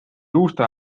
juustu